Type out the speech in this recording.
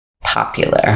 popular